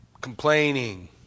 complaining